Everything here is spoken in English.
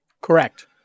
Correct